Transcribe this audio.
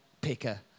picker